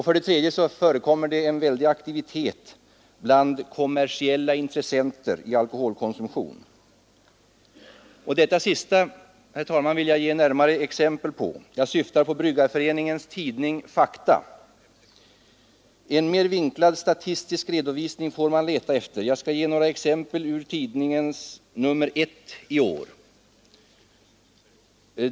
För det tredje förekommer det en väldig aktivitet bland kommersiella intressenter i alkoholkonsumtion. Detta sista, herr talman, vill jag ge närmare exempel på. Jag syftar på Svenska bryggareföreningens tidning Fakta. En mer vinklad statistisk redovisning än där får man leta efter. Jag skall ge några exempel ur nr I i år av denna tidning.